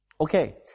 Okay